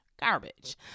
garbage